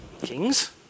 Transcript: kings